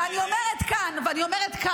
כי את חושבת שאת עושה עבודה נהדרת.